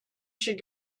should